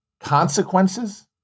consequences